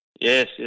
Yes